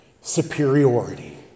superiority